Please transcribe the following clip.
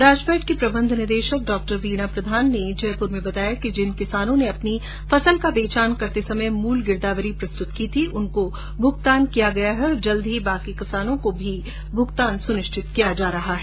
राजफैड की प्रबंध निदेशक डॉ वीना प्रधान ने कल जयपुर में बताया कि जिन किसानों ने अपनी फसल का बेचान करते समय मूल गिरदावरी प्रस्तुत की थी उनकों भुगतान किया गया है और जल्द ही शेष किसानों को भुगतान सुनिश्चित किया जा रहा है